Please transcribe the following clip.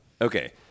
Okay